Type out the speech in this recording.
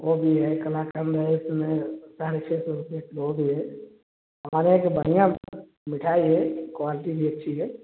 वो भी है कलाकंद है एक वो भी है हमारे एक बढ़िया मिठाई है क्वालिटी भी अच्छी है